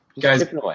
Guys